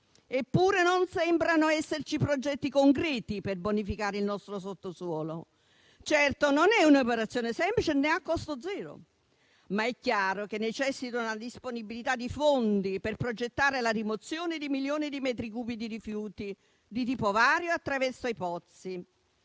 Eppure non sembrano esserci progetti concreti per bonificare il nostro sottosuolo. Certo, non è un'operazione semplice né a costo zero, ma è chiaro che necessita di una disponibilità di fondi per progettare la rimozione di milioni di metri cubi di rifiuti di tipo vario attraverso i pozzi.